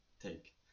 take